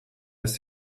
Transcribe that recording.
bis